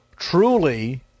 truly